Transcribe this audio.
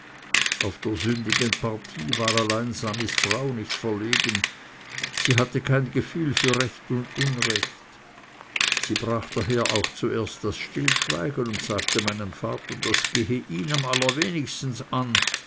auf der sündigen partei war allein samis frau nicht verlegen die hatte kein gefühl für recht und unrecht sie brach daher auch zuerst das stillschweigen und sagte meinem vater das gehe ihn am allerwenigsten an